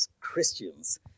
Christians